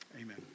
Amen